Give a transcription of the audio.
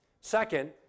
Second